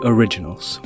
Originals